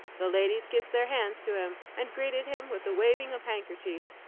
the ladies kissed their hands to him, and greeted him with the waving of handkerchiefs.